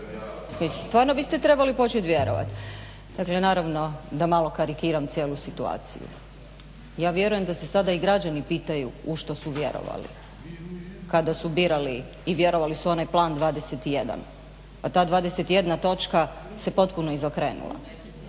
stvarno biste počeli vjerovati. Dakle naravno da malo karikiram cijelu situaciju. Ja vjerujem da se sada i građani pitaju u što su vjerovali kada su birali i vjerovali su onaj Plan 21 a ta 21 točka se potpuno izokrenula.